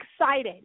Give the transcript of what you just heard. excited